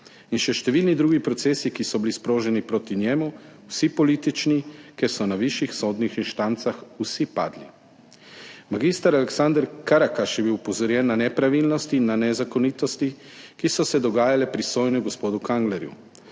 In še številni drugi procesi, ki so bili sproženi proti njemu, vsi politični, ker so na višjih sodnih instancah vsi padli. Mag. Aleksander Karakaš je bil opozorjen na nepravilnosti in na nezakonitosti, ki so se dogajale pri sojenju gospodu Kanglerju.